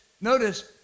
notice